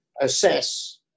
assess